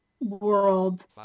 world